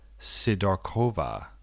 Sidorkova